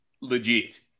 legit